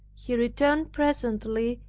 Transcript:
he returned presently,